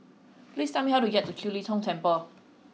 please tell me how to get to Kiew Lee Tong Temple